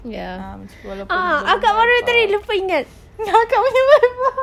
ya ah akak baru tadi lupa ingat yang akak punya viva